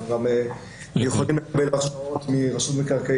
אנחנו גם יכולים לקבל הרשאות מרשות מקרקעי